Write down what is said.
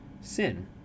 sin